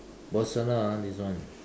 personal ah this one